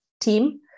team